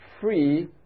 free